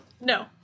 No